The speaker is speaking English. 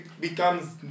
becomes